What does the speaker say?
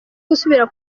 gusubira